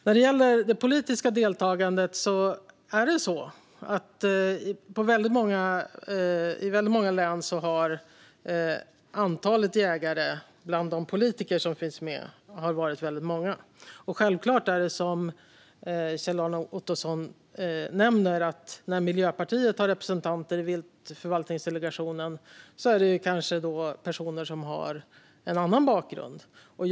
När det gäller det politiska deltagandet har många av de politiker som finns med varit jägare i väldigt många län. Och självklart är Miljöpartiets representanter i viltförvaltningsdelegationen personer som kanske har en annan bakgrund, vilket Kjell-Arne Ottosson nämner.